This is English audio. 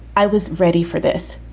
i was ready for this.